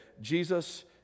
Jesus